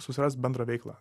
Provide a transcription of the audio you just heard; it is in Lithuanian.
susirast bendrą veiklą